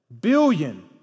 billion